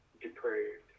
depraved